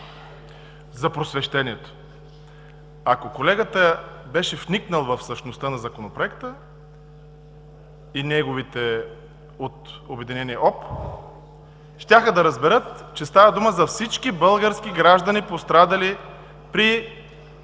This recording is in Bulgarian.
за просвещението. Ако колегата беше вникнал в същността на Законопроекта и неговите обединени – ОП, щяха да разберат, че става дума за всички български граждани, пострадали при